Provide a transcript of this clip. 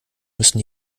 müssen